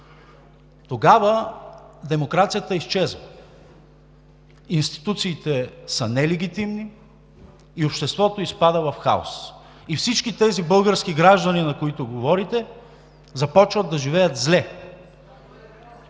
тогава демокрацията изчезва, институциите са нелегитимни и обществото изпада в хаос и всички тези български граждани, на които говорите, започват да живеят зле.